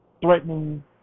threatening